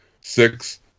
Six